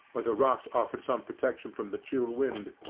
where the rocks offered some protection from the chill wind,